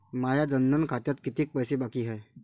माया जनधन खात्यात कितीक पैसे बाकी हाय?